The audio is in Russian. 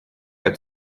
это